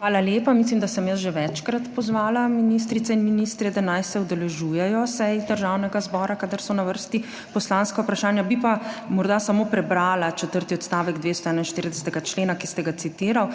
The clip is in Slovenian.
Hvala lepa. Mislim, da sem jaz že večkrat pozvala ministrice in ministre, da naj se udeležujejo sej Državnega zbora, kadar so na vrsti poslanska vprašanja. Bi pa morda samo prebrala četrti odstavek 241. člena, ki ste ga citirali: